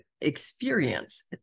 experience